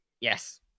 Yes